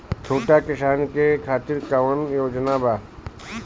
छोटा किसान के खातिर कवन योजना बा?